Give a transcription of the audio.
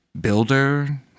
builder